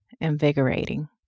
invigorating